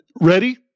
Ready